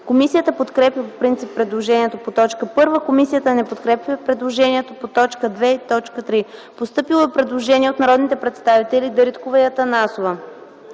Комисията подкрепя по принцип предложението по т. 1. Комисията не подкрепя предложението по т. 2 и 3. Постъпило е предложение от народните представители Дариткова и Атанасова: